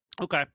Okay